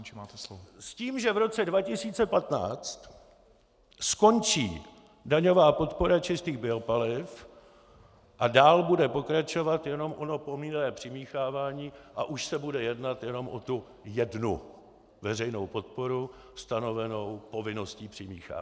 S tím že v roce 2015 skončí daňová podpora čistých biopaliv a dál bude pokračovat jenom ono povinné přimíchávání a už se bude jednat jenom o tu jednu veřejnou podporu, stanovenou povinností přimíchávat.